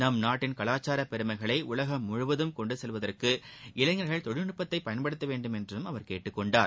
நம் நாட்டின் காவாச்சார பெருமைகளை உலகம் முழுவதும் கொண்டு செல்வதற்கு இளைஞர்கள் தொழில்நுட்பத்தை பயன்படுத்த வேண்டுமென்றும் அவர் கேட்டுக் கொண்டார்